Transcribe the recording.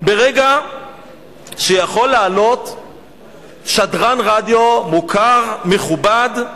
ברגע שיכול לעלות שדרן רדיו מוכר, מכובד,